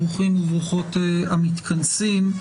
ברוכים וברוכות המתכנסים.